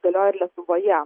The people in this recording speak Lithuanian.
galioja ir lietuvoje